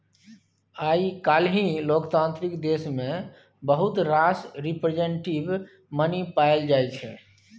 आइ काल्हि लोकतांत्रिक देश मे बहुत रास रिप्रजेंटेटिव मनी पाएल जाइ छै